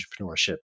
entrepreneurship